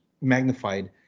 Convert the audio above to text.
magnified